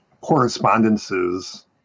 correspondences